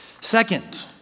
Second